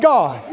God